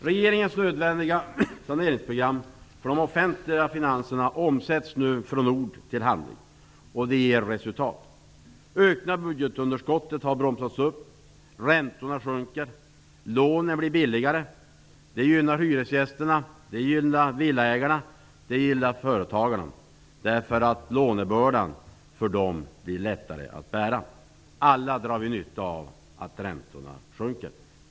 Regeringens nödvändiga saneringsprogram för de offentliga finanserna omsätts nu från ord till handling. Det ger resultat. Ökningen av budgetunderskottet har bromsats. Räntorna sjunker. Lånen blir billigare. Detta gynnar hyresgästerna, villaägarna och företagarna därför att lånebördan blir lättare att bära. Alla drar vi nytta av att räntorna sjunker.